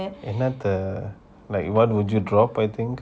என்னத்த:ennatha like what would you drop I think